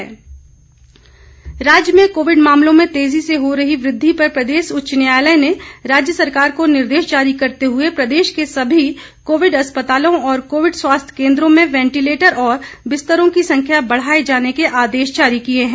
high court राज्य में covid मामलों में तेजी से हो रही वृद्धि पर प्रदेश उच्च न्यायालय ने राज्य सरकार को निर्देश जारी करते हुए प्रदेश के सभी कोविड अस्पतालों और कोविड स्वास्थ्य केंद्रों में वेंटीलेटर और बिस्तरों की संख्या बढ़ाए जाने के आदेश जारी किए हैं